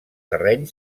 terreny